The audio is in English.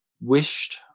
wished